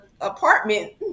apartment